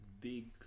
big